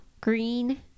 green